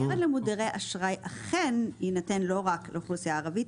הקרן למודרי אשראי היא אכן לא רק לאוכלוסייה הערבית,